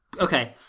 Okay